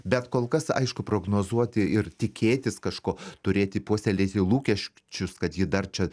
bet kol kas aišku prognozuoti ir tikėtis kažko turėti puoselėti lūkesčius kad ji dar čia